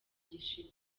gishize